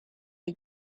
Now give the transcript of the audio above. you